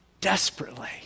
Desperately